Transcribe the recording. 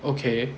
okay